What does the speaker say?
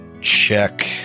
check